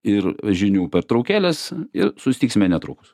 ir žinių pertraukėlės ir susitiksime netrukus